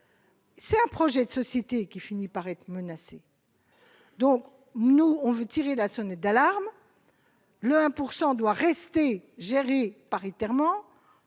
C'est un projet de société qui finit par être menacée donc nous on veut tirer la sonnette d'alarme le 1 pourcent doit rester gérées paritairement